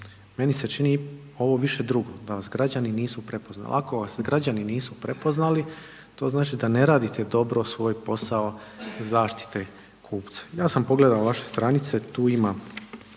Meni se čini ovo više drugo, da vas građani nisu prepoznali. Ako vas građani nisu prepoznali, to znači da ne radite dobro svoj posao zaštite kupcu. Ja sam pogledao vaše stanice, tu ima